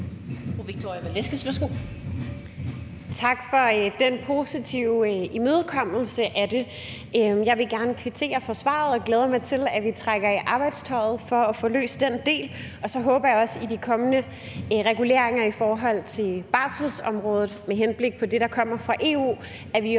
Tak for den positive imødekommelse af det. Jeg vil gerne kvittere for svaret og glæder mig til, at vi trækker i arbejdstøjet for at få løst den del. Og så håber jeg, at vi i de kommende reguleringer i forhold til barselsområdet – med henblik på det, der kommer fra EU – også